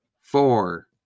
Four